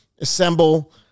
assemble